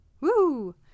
Woo